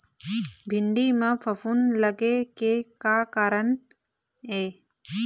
भिंडी म फफूंद लगे के का कारण ये?